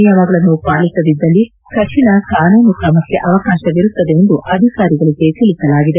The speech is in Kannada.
ನಿಯಮಗಳನ್ನು ಪಾಲಿಸದಿದ್ದಲ್ಲಿ ಕಠಿಣ ಕಾನೂನು ಕ್ರಮಕ್ಕೆ ಅವಕಾಶವಿರುತ್ತದೆ ಎಂದು ಅಧಿಕಾರಿಗಳಿಗೆ ತಿಳಿಸಲಾಗಿದೆ